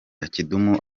kidum